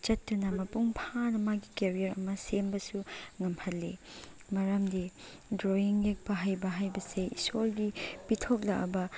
ꯆꯠꯇꯨꯅ ꯃꯄꯨꯡ ꯐꯥꯅ ꯃꯥꯒꯤ ꯀꯦꯔꯤꯌꯔ ꯑꯃ ꯁꯦꯝꯕꯁꯨ ꯉꯝꯍꯜꯂꯤ ꯃꯔꯝꯗꯤ ꯗ꯭ꯔꯣꯋꯤꯡ ꯌꯦꯛꯄ ꯍꯥꯏꯕ ꯍꯥꯏꯕꯁꯤ ꯏꯁꯣꯔꯒꯤ ꯄꯤꯊꯣꯛꯂꯛꯂꯕ